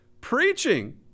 preaching